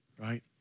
right